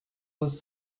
was